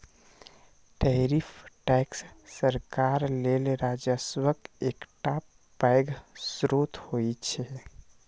tariff tax सरकार लेल राजस्वक एकटा पैघ स्रोत होइ छै